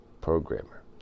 programmer